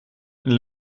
een